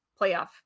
playoff